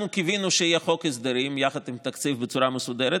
אנחנו קיווינו שיהיה חוק הסדרים יחד עם התקציב בצורה מסודרת,